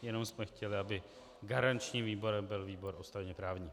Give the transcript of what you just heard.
Jenom jsme chtěli, aby garančním výborem byl výbor ústavněprávní.